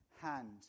hand